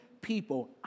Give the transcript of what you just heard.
people